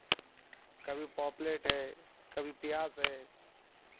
कभी पॉपलेट है कभी पियास है